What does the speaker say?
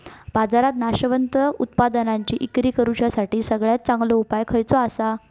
बाजारात नाशवंत उत्पादनांची इक्री करुच्यासाठी सगळ्यात चांगलो उपाय खयचो आसा?